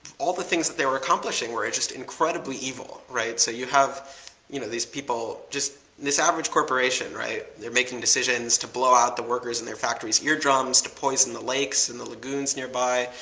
all the things that they were accomplishing were just incredibly evil, right. so, you have you know these people, just this average corporation. they're making decisions to blow out the workers in their factory's eardrums, to poison the lakes and the lagoons nearby,